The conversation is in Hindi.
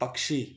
पक्षी